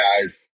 guys